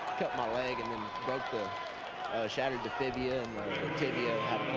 cut my leg and then broke the shattered the phibia and phibia